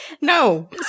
No